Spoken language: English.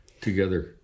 together